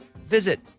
visit